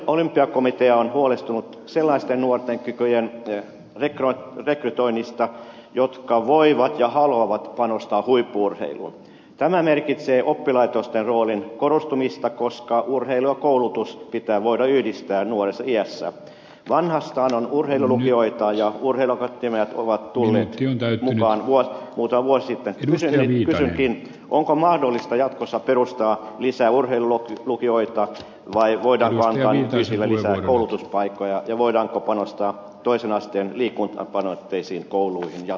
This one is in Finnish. olympiakomitea on huolestunut sellaisten nuorten kykyjen ja veron rekrytoinnista jotka voivat ja haluavat panostaa huippu urheilua tämä merkitsee oppilaitosten roolin korostumista koska urheilu ja koulutus pitää voida yhdistää nuoressa iässä vanhastaan on urheilulukioita ja urheilupätkimme ovat tulleetkin täytenä on huono kunto voisi selviytyä lehtien onko mahdollista jatkossa perustaa lisää urheillut lukioita vai voidaanko asian esille koulutuspaikkoja ja voidaanko panostaa toisen asteen tulee ylimääräisenä rahana